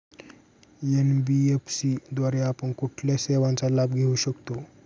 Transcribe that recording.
NBFC द्वारे आपण कुठल्या सेवांचा लाभ घेऊ शकतो?